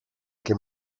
que